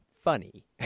funny